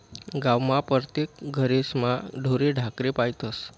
गावमा परतेक घरेस्मा ढोरे ढाकरे पायतस